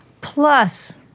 plus